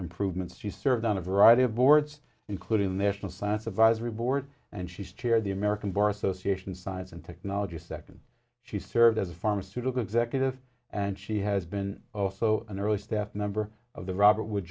improvements she served on a variety of boards including national science advisory board and she's chair of the american bar association science and technology second she serves as a pharmaceutical executive and she has been also an early staff member of the robert wo